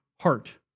heart